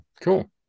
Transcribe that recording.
cool